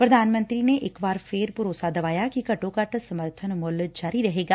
ਪ੍ਰਧਾਨ ਮੰਤਰੀ ਨੇ ਇਕ ਵਾਰ ਫੇਰ ਭਰੋਸਾ ਦਵਾਇਆ ਕਿ ਘੱਟੋ ਘੱਟ ਸਮਰਬਨ ਮੁੱਲ ਜਾਰੀ ਰਹੇਗਾ